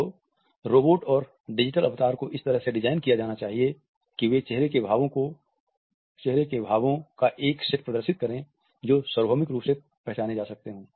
तो रोबोट और डिजिटल अवतार को इस तरह से डिज़ाइन किया जाना चाहिए कि वे चेहरे के भावों का एक सेट प्रदर्शित करें जो सार्वभौमिक रूप से पहचाने जा सकते हों